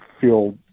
feel